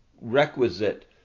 requisite